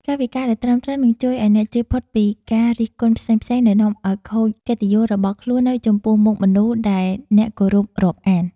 កាយវិការដែលត្រឹមត្រូវនឹងជួយឱ្យអ្នកជៀសផុតពីការរិះគន់ផ្សេងៗដែលនាំឱ្យខូចកិត្តិយសរបស់ខ្លួនឯងនៅចំពោះមុខមនុស្សដែលអ្នកគោរពរាប់អាន។